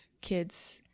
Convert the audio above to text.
kids